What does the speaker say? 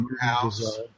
House